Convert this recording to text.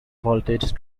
voltage